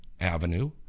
Avenue